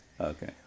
Okay